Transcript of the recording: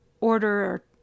order